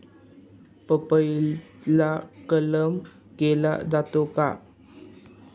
पपईला कलम केला जातो का?